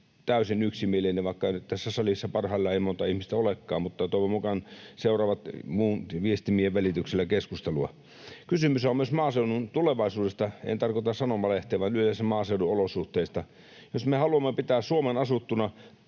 täysin yksimielinen, vaikka nyt tässä salissa parhaillaan ei montaa ihmistä olekaan, mutta toivon mukaan muut seuraavat muiden viestimien välityksellä keskustelua. Kysymys on myös maaseudun tulevaisuudesta — en tarkoita sanomalehteä, vaan maaseudun olosuhteita yleensä. Jos me haluamme pitää Suomen asuttuna